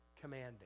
commanding